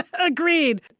Agreed